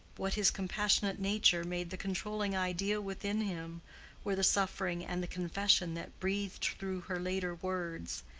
what his compassionate nature made the controlling idea within him were the suffering and the confession that breathed through her later words,